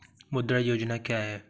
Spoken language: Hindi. मुद्रा योजना क्या है?